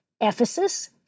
Ephesus